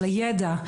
של הידע,